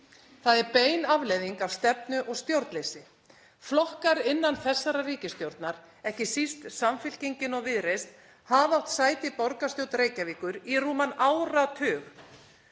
Það er bein afleiðing af stefnu og stjórnleysi. Flokkar innan þessarar ríkisstjórnar, ekki síst Samfylkingin og Viðreisn, hafa átt sæti í borgarstjórn Reykjavíkur í rúman áratug